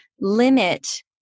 limit